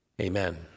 amen